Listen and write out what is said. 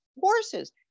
horses